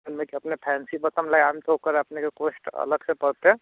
ओकरामे अपने fancy button लगाइम तऽ ओकर लगाके कॉस्ट अलगसँ पड़तै